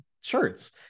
shirts